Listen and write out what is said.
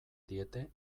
diete